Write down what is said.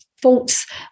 thoughts